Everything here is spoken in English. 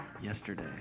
yesterday